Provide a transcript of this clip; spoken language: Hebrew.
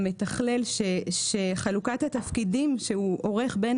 המתכלל שחלוקת התפקידים שהוא עורך בין